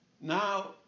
now